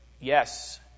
Yes